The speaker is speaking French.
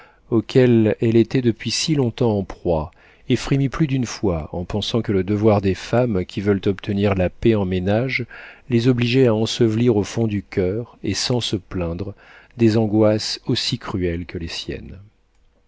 auxquelles elle était depuis si longtemps en proie et frémit plus d'une fois en pensant que le devoir des femmes qui veulent obtenir la paix en ménage les obligeait à ensevelir au fond du coeur et sans se plaindre des angoisses aussi cruelles que les siennes